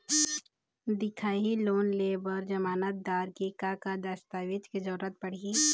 दिखाही लोन ले बर जमानतदार के का का दस्तावेज के जरूरत पड़ही?